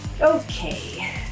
Okay